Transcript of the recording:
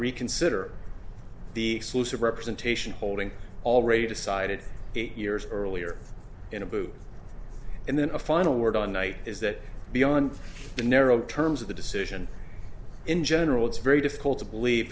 reconsider the exclusive representation holding already decided eight years earlier in a booth and then a final word on night is that beyond the narrow two terms of the decision in general it's very difficult to